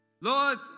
Lord